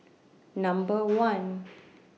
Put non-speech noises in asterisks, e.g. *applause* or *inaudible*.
Number *noise* one